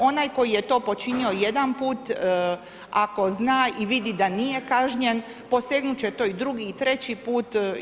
Onaj koji je to počinio jedan put, ako zna i vidi da nije kažnjen, posegnut će to i drugi i treći put.